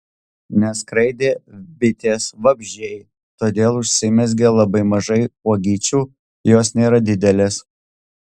neskraidė bitės vabzdžiai todėl užsimezgė labai mažai uogyčių jos nėra didelės